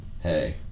Hey